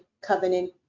covenant